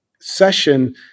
session